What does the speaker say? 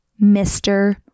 Mr